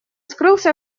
скрылся